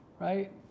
right